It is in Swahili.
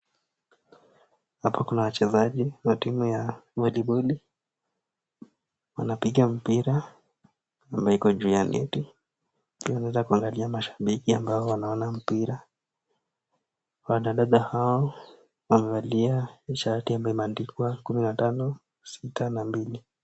Hapa kuna wachezaji wa timu ya netiboli wanapiga mpira na iko juu ya neti, unaweza kuangalia mashabiki ambao wanaona mpira. Wanadada hao wamevalia shati ambaye imeandikwa kumi na tano, sita na mbili.